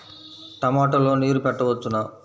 టమాట లో నీరు పెట్టవచ్చునా?